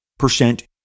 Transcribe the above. percent